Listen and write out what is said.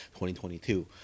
2022